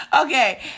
Okay